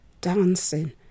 dancing